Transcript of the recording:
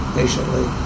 patiently